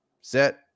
set